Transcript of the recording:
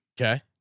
Okay